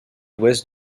ouest